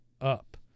up